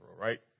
right